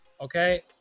Okay